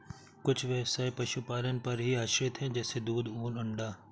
कुछ ब्यवसाय पशुपालन पर ही आश्रित है जैसे दूध, ऊन, अंडा